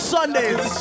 Sundays